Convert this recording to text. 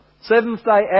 Seventh-day